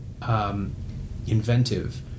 Inventive